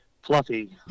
fluffy